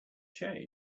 change